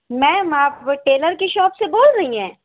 میم آپ ٹیلر کی شاپ سے بول رہی ہیں